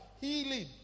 healing